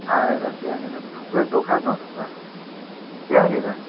आएर त्यहाँनिर थुप्रै दोकानहरू छ त्यहाँनिर